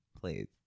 please